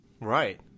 Right